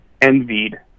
envied